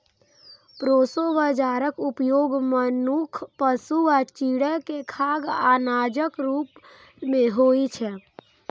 proso बाजाराक उपयोग मनुक्ख, पशु आ चिड़ै के खाद्य अनाजक रूप मे होइ छै